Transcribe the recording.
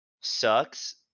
sucks